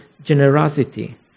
generosity